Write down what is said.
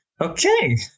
Okay